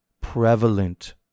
prevalent